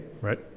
Right